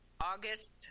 august